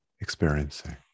experiencing